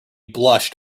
blushed